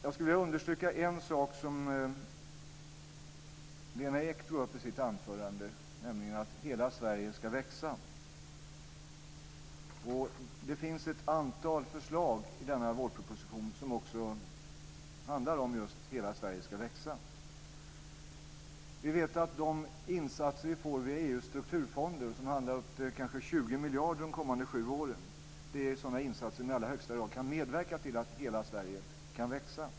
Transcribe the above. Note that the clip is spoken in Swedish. Jag vill understryka en sak som Lena Ek tog upp i sitt anförande, nämligen att hela Sverige ska växa. Det finns ett antal förslag i denna vårproposition som också handlar om att hela Sverige ska växa. Vi vet att de insatser vi får via EU:s strukturfonder, och som handlar om upp till kanske 20 miljarder de kommande 7 åren, är sådana insatser som i allra högsta grad kan medverka till att hela Sverige kan växa.